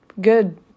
Good